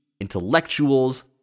intellectuals